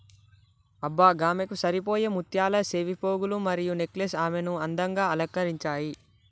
అబ్బ గామెకు సరిపోయే ముత్యాల సెవిపోగులు మరియు నెక్లెస్ ఆమెను అందంగా అలంకరించాయి